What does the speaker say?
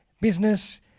business